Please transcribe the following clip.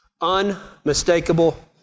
Unmistakable